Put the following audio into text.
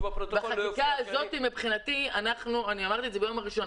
שבפרוטוקול לא יופיע שאני --- אני אמרתי את זה ביום הראשון,